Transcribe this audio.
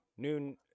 noon